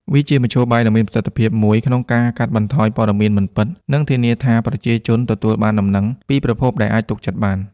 វាជាមធ្យោបាយដ៏មានប្រសិទ្ធភាពមួយក្នុងការកាត់បន្ថយព័ត៌មានមិនពិត និងធានាថាប្រជាជនទទួលបានដំណឹងពីប្រភពដែលអាចទុកចិត្តបាន។